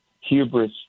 hubris